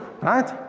Right